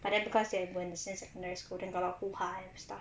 but then because they were in the same secondary school then got a lot of hoo-ha and stuff